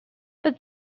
but